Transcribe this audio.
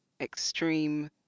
extreme